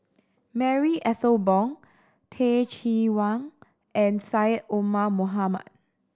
Marie Ethel Bong Teh Cheang Wan and Syed Omar Mohamed